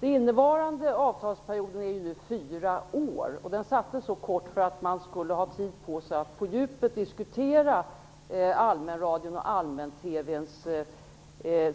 Den innevarande avtalsperioden är fyra år. Den sattes så för att man skulle ha tid på sig att på djupet diskutera allmänradion och allmän-TV:ns